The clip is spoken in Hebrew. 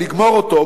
לגמור אותו,